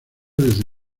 desde